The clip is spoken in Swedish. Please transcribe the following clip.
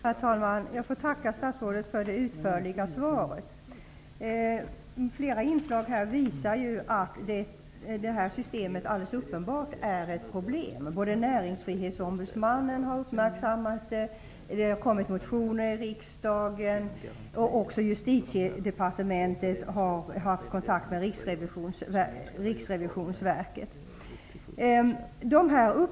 Herr talman! Jag tackar statsrådet för det utförliga svaret. Flera inslag här visar att detta system alldeles uppenbart är ett problem. Näringsfrihetsombudsmannen har uppmärksammat det, motioner har avetts till riksdagen och Justitiedepartementet har haft kontakt med Riksrevisionsverket.